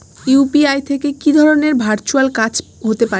UPI থেকে কি ধরণের ভার্চুয়াল কাজ হতে পারে?